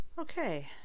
Okay